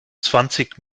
zwanzig